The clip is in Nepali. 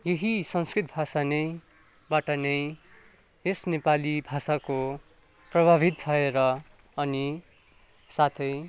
यही संस्कृत भाषा नै बाट नै यस नेपाली भाषाको प्रभावित भएर अनि साथै